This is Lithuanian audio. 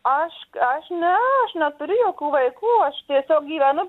aš aš ne aš neturiu jokių vaikų aš tiesiog gyvenu